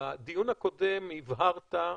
בדיון הקודם הבהרת,